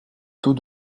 taux